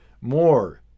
more